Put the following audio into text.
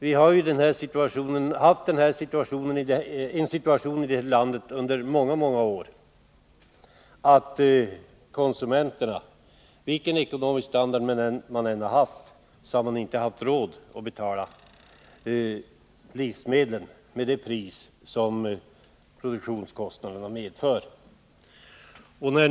Vi har under många år haft en sådan situation i landet att konsumenterna, vilken ekonomisk standard de än har haft, inte har haft råd att betala livsmedlen med det pris som produktionskostnaderna egentligen skulle medföra.